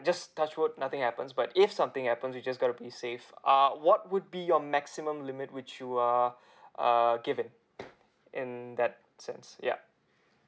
just touch wood nothing happens but if something happen we just got to be safe uh what would be your maximum limit which you are uh give it in that sense yup